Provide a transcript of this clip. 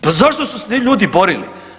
Pa zašto su se ti ljudi borili?